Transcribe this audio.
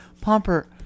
Pomper